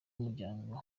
w’umuryango